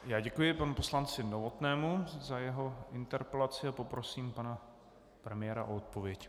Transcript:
Já děkuji panu poslanci Novotnému za jeho interpelaci a poprosím pana premiéra o odpověď.